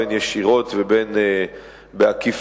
אם ישירות ואם בעקיפין,